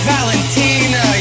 Valentina